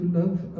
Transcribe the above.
love